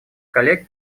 коллег